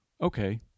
okay